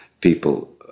people